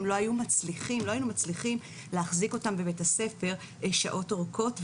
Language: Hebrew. לא היינו מצליחים להחזיק אותם בבית הספר שעות ארוכות,